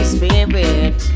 Spirit